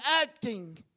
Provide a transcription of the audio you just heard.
acting